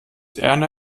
erna